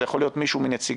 זה יכול להיות מישהו מנציגיך,